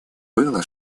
было